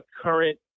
current